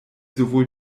sowohl